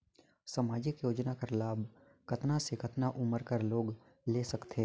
समाजिक योजना कर लाभ कतना से कतना उमर कर लोग ले सकथे?